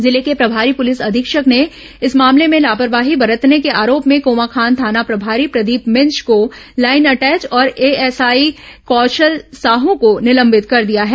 जिले के प्रभारी पुलिस अधीक्षक ने इस मामले में लापरवाही बरतने के आरोप में कोमाखान थाना प्रभारी प्रदीप भिंज को लाइन अटैच और एएसआई कौशल साह को निलंबित कर दिया है